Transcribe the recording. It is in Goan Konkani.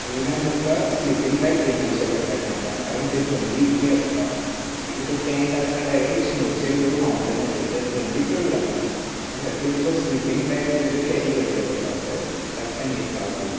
वयल्यान तुमकां स्लिपींग बेग घेवन वचचें पडटा टेन्टान कारण थंय थंडी इतली आसता आनी तो टेंन्ट आसता डायरेक्ट स्नोचेर किंवां मावन्टनाचेर तर थंडी चड लागता ते खातीर तुका स्लिपींग बेग तुजें केरी करचें पडटा थंय रातचें न्हिदपाक बीन